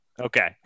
Okay